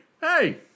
hey